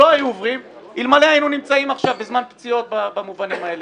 לא היו עוברים אלמלא היינו נמצאים עכשיו בזמן פציעות במובנים האלה.